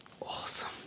Awesome